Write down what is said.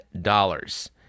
dollars